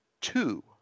two